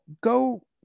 go